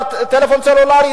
טלפון סלולרי.